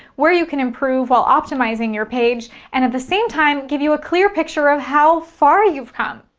where you can improve while optimizing your page, and at the same time, give you a clear picture of how far you've come.